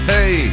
Hey